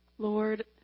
Lord